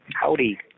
Howdy